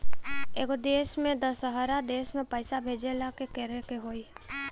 एगो देश से दशहरा देश मे पैसा भेजे ला का करेके होई?